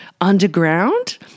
underground